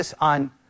on